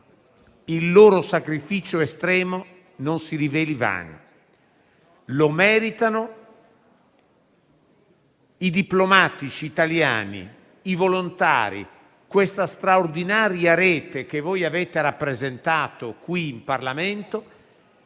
il loro sacrificio estremo non si riveli vano. Lo meritano i diplomatici italiani, i volontari e la straordinaria rete rappresentata qui in Parlamento